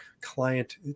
client